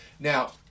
Now